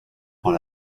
prend